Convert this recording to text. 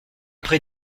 pré